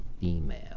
female